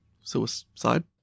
suicide